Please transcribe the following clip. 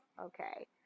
okay